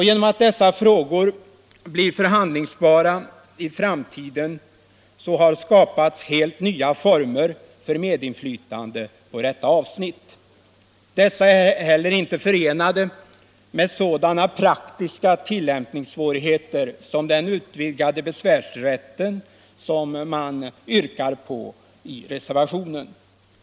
Genom att dessa frågor i framtiden blir förhandlingsbara har det skapats hett nya former för medinflytande på detta avsnitt. Dessa frågor är inte heller förenade med sådana praktiska tillämpningssvårigheter som den utvidgade besvärsrätt som man yrkar på i reservationen.